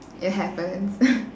it happens